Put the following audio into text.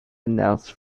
announced